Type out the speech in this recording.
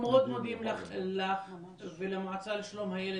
מודים לך ולמועצה לשלום הילד,